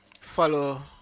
follow